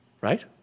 right